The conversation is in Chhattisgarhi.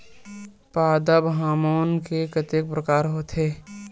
पादप हामोन के कतेक प्रकार के होथे?